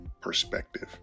perspective